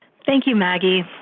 thank you, maggie